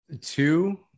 Two